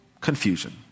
confusion